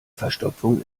verstopfung